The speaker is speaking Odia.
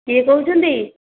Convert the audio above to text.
କିଏ କହୁଛନ୍ତି